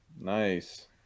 Nice